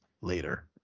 later